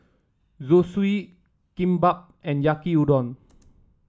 Zosui Kimbap and Yaki Udon